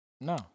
No